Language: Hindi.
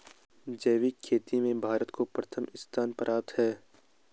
जैविक खेती में भारत को प्रथम स्थान प्राप्त है